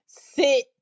sit